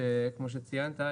כמו שציינת,